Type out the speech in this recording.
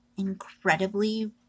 incredibly